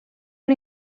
una